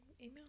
email